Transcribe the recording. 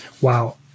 Wow